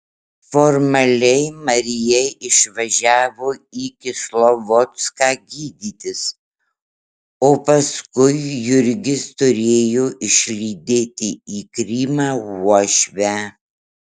formaliai marija išvažiavo į kislovodską gydytis o paskui jurgis turėjo išlydėti į krymą uošvę